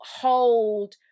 hold